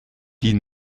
die